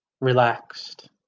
relaxed